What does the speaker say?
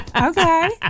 Okay